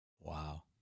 Wow